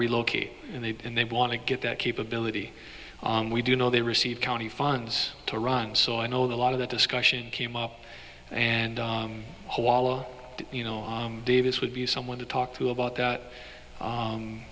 relocate and they and they want to get that capability and we do know they receive county funds to run so i know the lot of the discussion came up and you know davis would be someone to talk to about that